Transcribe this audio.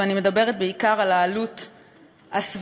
ואני מדברת בעיקר על העלות הסביבתית,